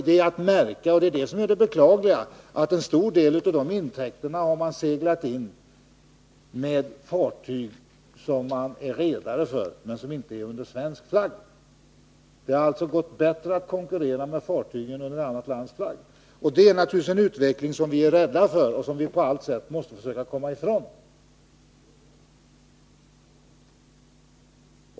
Det är att märka — och det är detta som är det beklagliga — att en stor del av dessa intäkter har seglats in med fartyg som har svenska redare men som inte går under svensk flagg. Det har alltså gått bättre att konkurrera med fartyg under något annat lands flagg. Detta är en utveckling som vi naturligtvis är rädda för och som vi på allt sätt måste försöka komma ifrån.